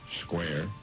square